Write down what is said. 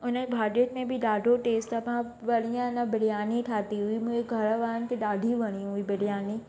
हुनजे भाॼियुनि में बि ॾाढो टेस्ट तमामु बढ़िया न बिरयानी ठाती हुई मुंहिंजे घर वारनि खे ॾाढी वणी हुई बिरयानी